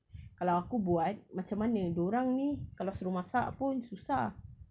kalau aku buat macam mana dia orang ni kalau suruh masak pun susah